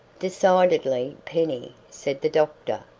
decidedly, penny, said the doctor.